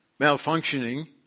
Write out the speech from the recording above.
malfunctioning